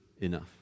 enough